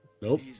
Nope